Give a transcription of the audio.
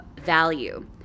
value